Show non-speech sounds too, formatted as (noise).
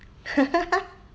(laughs)